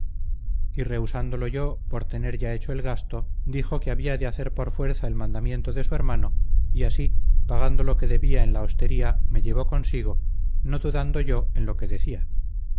y rehusándolo yo por tener ya hecho el gasto dijo que había de hacer por fuerza el mandamiento de su hermano y así pagando lo que debía en la hostería me llevó consigo no dudando yo en lo que decía